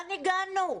לאן הגענו?